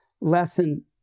lesson